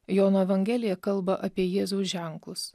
jono evangelija kalba apie jėzaus ženklus